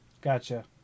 Gotcha